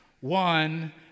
one